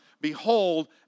behold